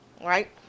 right